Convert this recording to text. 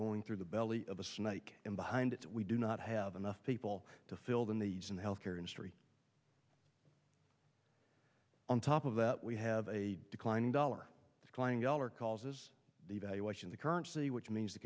going through the belly of the snake and behind it we do not have enough people to fill them these in the health care industry on top of that we have a declining dollar declining all or causes devaluation the currency which means the